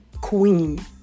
queen